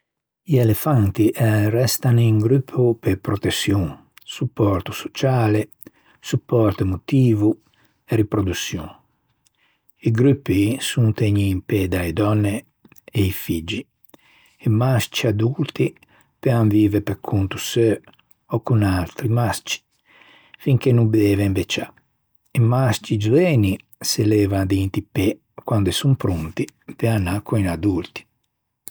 I elefanti restan in gruppo pe proteçion, supporto sociale, supporto emotivo e riprodoçion. I gruppi son tegnui in pê da-e dònne e i figgi. I mascci adurti peuan vive pe conto seu ò con atri mascci fin che no deven becciâ. I mascci zoeni se levan d'inti pê quande son pronti pe anâ co-i adurti.